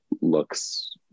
looks